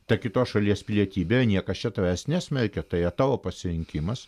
ta kitos šalies pilietybe niekas čia tavęs nesmerkia tai yra tavo pasirinkimas